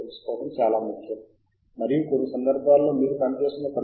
మీ వినియోగదారు పేరు మీ ఇ మెయిల్ చిరునామానే మరియు పాస్వర్డ్ ని మీరు సరి చేసుకోగలరు